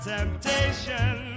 temptation